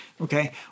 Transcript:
Okay